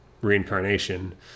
reincarnation